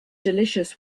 delicious